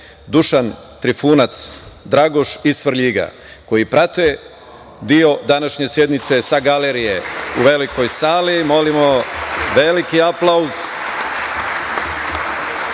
„Dušan Trifunac Dragoš“ iz Svrljiga, koji prate deo današnje sednice sa galerije u Velikoj sali. Molimo veliki aplauz